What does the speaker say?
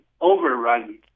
overrun